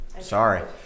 Sorry